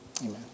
Amen